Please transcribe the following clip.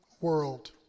world